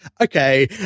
okay